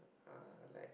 uh like